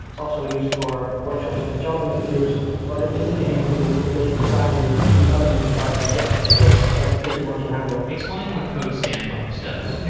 it's also used for workshops and job interviews, but it isn't aiming to replace the primary development environment yet, because that's a tricky one to handle explain what codesandbox does